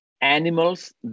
animals